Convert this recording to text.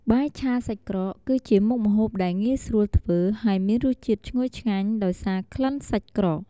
បាយឆាសាច់ក្រក គឺជាមុខម្ហូបដែលងាយស្រួលធ្វើ ហើយមានរសជាតិឈ្ងុយឆ្ងាញ់ ដោយសារក្លិនសាច់ក្រក។